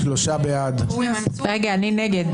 מי נמנע?